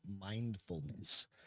mindfulness